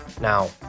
now